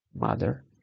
mother